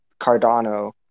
Cardano